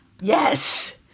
yes